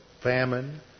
Famine